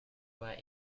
were